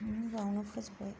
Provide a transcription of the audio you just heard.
बावनो फोजोबबाय